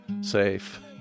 safe